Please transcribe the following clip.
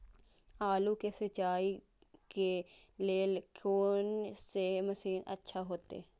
आलू के सिंचाई के लेल कोन से मशीन अच्छा होते?